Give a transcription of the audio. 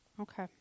Okay